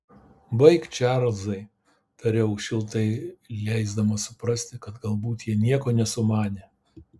baik čarlzai tariau šiltai leisdamas suprasti kad galbūt jie nieko nesumanė